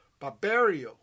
Barbario